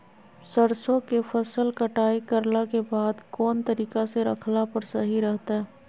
सरसों के फसल कटाई करला के बाद कौन तरीका से रखला पर सही रहतय?